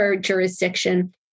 jurisdiction